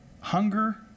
hunger